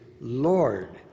Lord